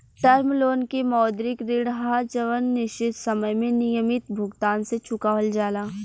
term loan के मौद्रिक ऋण ह जवन निश्चित समय में नियमित भुगतान से चुकावल जाला